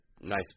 nice